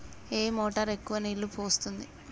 ఏ motor ఎక్కువ నీళ్లు పోస్తుంది?